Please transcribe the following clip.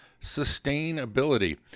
sustainability